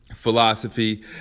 philosophy